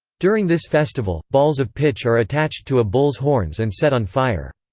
during this festival, balls of pitch are attached to a bull's horns and set on fire.